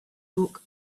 book